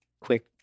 quick